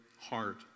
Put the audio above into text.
heart